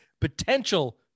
Potential